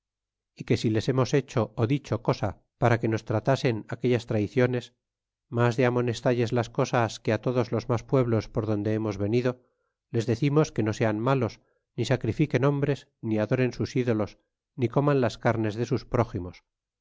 e que si les hemos hecho ó dicho cosa para que nos tratasen aquellas traiciones mas de amonestalles las cosas que todos los mas pueblos por donde hemos n enido les decimos que no sean malos ni sacrifiquen hombres ni adoren sus ídolos ni coman las carnes de sus próximos